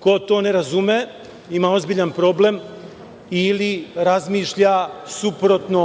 Ko to ne razume, ima ozbiljan problem ili razmišlja suprotno